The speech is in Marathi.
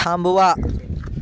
थांबवा